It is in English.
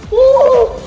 oh